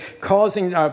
causing